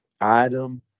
item